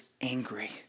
angry